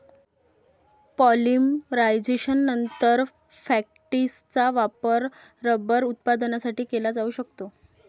पॉलिमरायझेशननंतर, फॅक्टिसचा वापर रबर उत्पादनासाठी केला जाऊ शकतो